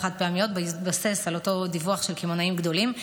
חד-פעמיות בהתבסס על אותו דיווח של קמעונאים גדולים.